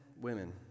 women